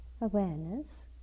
awareness